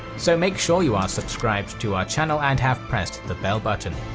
so make sure you are subscribed to our channel and have pressed the bell button.